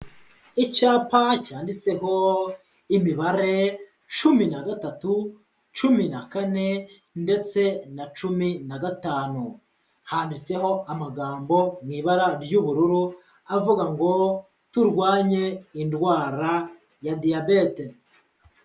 Icyapa cyanditseho imibare cumi na gatatu, cumi na kane, ndetse na cumi na gatanu, handitseho amagambo mu ibara ry'ubururu, avuga ngo turwanye indwara ya diyabete.